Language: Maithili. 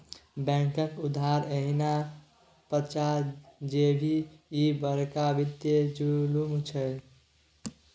बैंकक उधार एहिना पचा जेभी, ई बड़का वित्तीय जुलुम छै